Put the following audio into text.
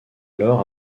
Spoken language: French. alors